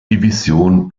division